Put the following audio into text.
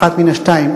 אחת משתיים,